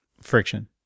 friction